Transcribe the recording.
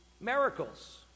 miracles